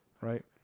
Right